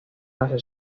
hacia